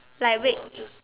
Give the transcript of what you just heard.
like red